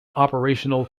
operational